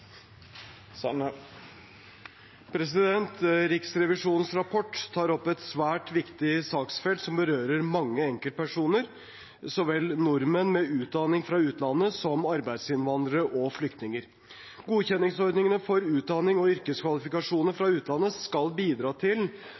Riksrevisjonens rapport tar opp et svært viktig saksfelt som berører mange enkeltpersoner, så vel nordmenn med utdanning fra utlandet som arbeidsinnvandrere og flyktninger. Godkjenningsordningene for utdanning og yrkeskvalifikasjoner fra utlandet skal bidra til